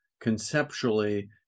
conceptually